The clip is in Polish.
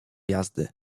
jazdy